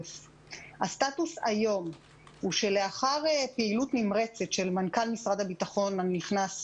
הסטטוס היום הוא שלאחר פעילות נמרצת של מנכ"ל משרד הביטחון הנכנס,